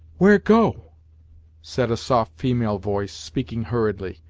where go said a soft female voice, speaking hurriedly,